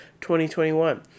2021